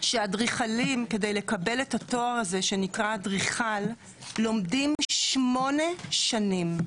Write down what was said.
שאדריכלים כדי לקבל את התואר הזה שנקרא אדריכל לומדים שמונה שנים,